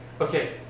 Okay